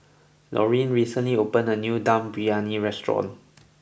Laurine recently opened a new Dum Briyani restaurant